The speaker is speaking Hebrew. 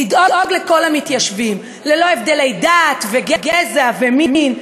לדאוג לכל המתיישבים ללא הבדלי דת וגזע ומין.